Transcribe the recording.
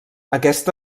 aquest